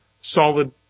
solid